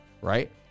right